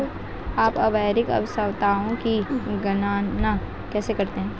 आप उर्वरक आवश्यकताओं की गणना कैसे करते हैं?